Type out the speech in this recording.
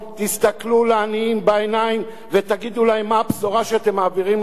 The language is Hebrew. תסתכלו לעניים בעיניים ותגידו להם מה הבשורה שאתם מעבירים להם.